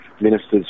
Ministers